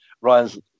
Ryan's